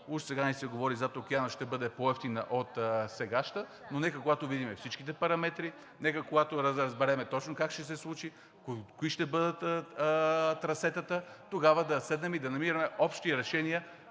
уж сега ни се говори – зад Океана, ще бъде по-евтина от сегашната, но нека, когато видим всичките параметри, нека, когато разберем точно как ще се случи, кои ще бъдат трасетата, тогава да седнем и да намираме общи решения